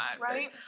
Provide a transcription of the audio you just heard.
Right